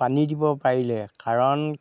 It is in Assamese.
পানী দিব পাৰিলে কাৰণ